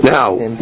Now